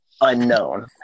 unknown